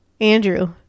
Andrew